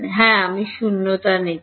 হ্যাঁ আমি শূন্যতা নিচ্ছি